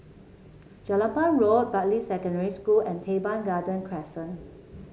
Jelapang Road Bartley Secondary School and Teban Garden Crescent